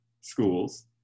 schools